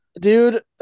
Dude